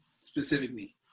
specifically